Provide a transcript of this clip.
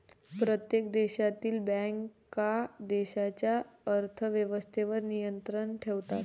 प्रत्येक देशातील बँका देशाच्या अर्थ व्यवस्थेवर नियंत्रण ठेवतात